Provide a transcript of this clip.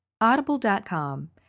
Audible.com